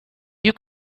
you